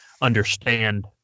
understand